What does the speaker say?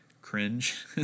cringe